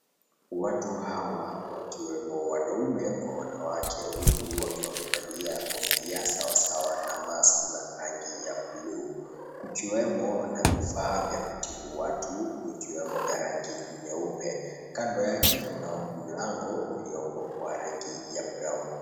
Watu hawa wakiwemo wanaume kwa wanawake huku wakiwa wamevalia kofia sawasawa na maski za rangi ya blue . Kukiwemo na vifaa vya kutibu watu vikimwa rangi nyeupe. Kando yake kuna mlango ulioko wa rangi ya brown .